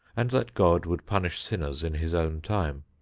and that god would punish sinners in his own time.